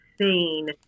seen